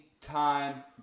Time